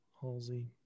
Halsey